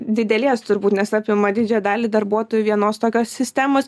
didelės turbūt nes apima didžiąją dalį darbuotojų vienos tokios sistemos